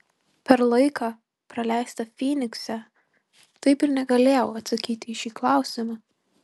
per laiką praleistą fynikse taip ir negalėjau atsakyti į šį klausimą